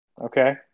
okay